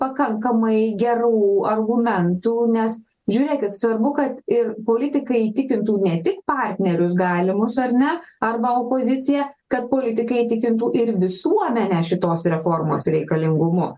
pakankamai gerų argumentų nes žiūrėkit svarbu kad ir politikai įtikintų ne tik partnerius galimus ar ne arba opoziciją kad politikai įtikintų ir visuomenę šitos reformos reikalingumu